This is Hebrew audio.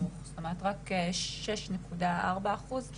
רק שש נקודה ארבע אחוז.